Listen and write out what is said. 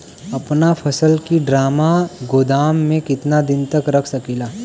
अपना फसल की ड्रामा गोदाम में कितना दिन तक रख सकीला?